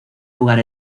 lugar